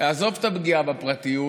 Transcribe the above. עזוב את הפגיעה בפרטיות,